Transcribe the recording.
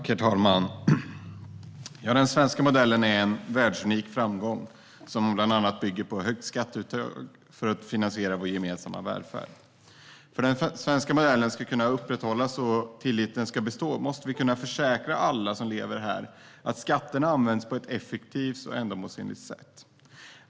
Herr talman! Den svenska modellen är en världsunik framgång, som bland annat bygger på ett högt skatteuttag för att finansiera vår gemensamma välfärd. För att den svenska modellen ska upprätthållas och tilliten bestå måste vi också kunna försäkra alla som lever här att skatterna används på ett effektivt och ändamålsenligt sätt.